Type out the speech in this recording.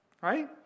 Right